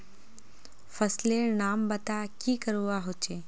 फसल लेर नाम बता की करवा होचे?